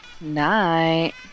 Night